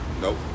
Nope